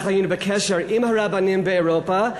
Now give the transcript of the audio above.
אנחנו היינו בקשר עם הרבנים באירופה,